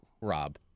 Rob